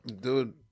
dude